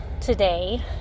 today